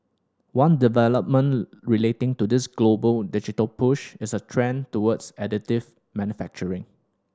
one development relating to this global digital push is a trend towards additive manufacturing